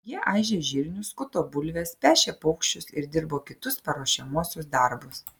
jie aižė žirnius skuto bulves pešė paukščius ir dirbo kitus paruošiamuosius darbus